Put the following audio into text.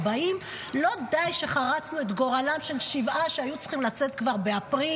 40. לא די שכבר חרצנו את גורלם של שבעה שהיו צריכים לצאת באפריל?